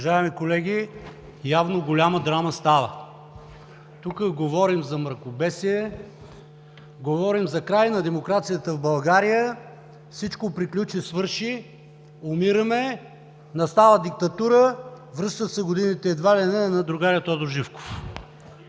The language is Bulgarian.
Уважаеми колеги, явно голяма драма става. Тук говорим за мракобесие, говорим за край на демокрацията в България, всичко приключи, свърши, умираме, настава диктатура, връщат се годините едва ли не на другаря Тодор Живков.